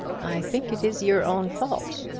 i think it is your own fault.